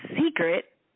secret